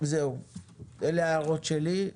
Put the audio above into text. אלה ההערות שלי.